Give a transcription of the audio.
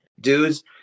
dudes